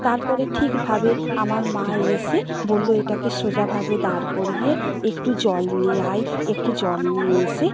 তার পরে ঠিকভাবে আমার মা এসে বলল এটাকে সোজাভাবে দাঁড় করিয়ে একটু জল নিয়ে আয় একটু জল নিয়ে এসে